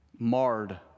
marred